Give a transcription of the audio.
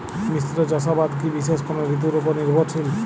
মিশ্র চাষাবাদ কি বিশেষ কোনো ঋতুর ওপর নির্ভরশীল?